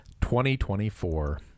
2024